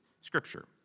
scripture